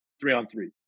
Three-on-three